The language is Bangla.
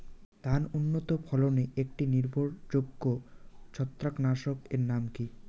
ধান উন্নত ফলনে একটি নির্ভরযোগ্য ছত্রাকনাশক এর নাম কি?